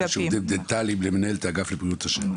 לשירותים דנטליים למנהלת אגף לבריאות השן.